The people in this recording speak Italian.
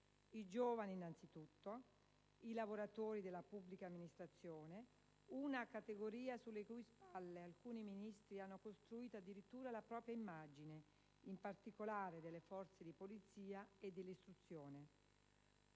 i giovani, innanzitutto; i lavoratori della pubblica amministrazione (una categoria sulle cui spalle alcuni Ministri hanno costruito addirittura la propria immagine) in particolare delle forze di polizia e dell'istruzione;